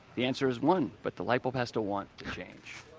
the answer is one, but the light bulb has to want to change.